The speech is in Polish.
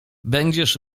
będziesz